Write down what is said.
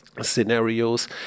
scenarios